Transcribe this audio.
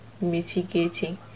mitigating